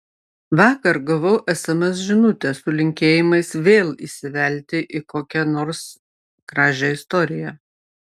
vakar gavau sms žinutę su linkėjimais vėl įsivelti į kokią nors gražią istoriją